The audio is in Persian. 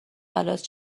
خلاص